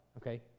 okay